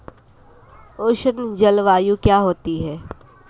उष्ण जलवायु क्या होती है?